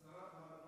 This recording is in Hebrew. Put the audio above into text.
שרת המדע